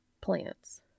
plants